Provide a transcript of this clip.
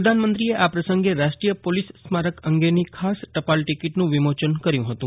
પ્રધાનમંત્રીએ આ પ્રસંગે રાષ્ટ્રીય પોલીસ સ્મારક અંગેની ખાસ ટપાલ ટિકિટનું વિમોચન કર્યું હતું